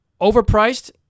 Overpriced